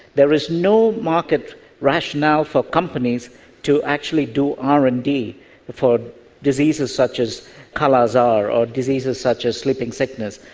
there is no market rationale for companies to actually do r and d for diseases such as kala-azar or diseases such as sleeping sickness,